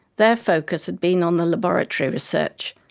their focus had been on the laboratory research,